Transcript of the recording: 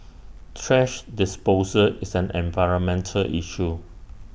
thrash disposal is an environmental issue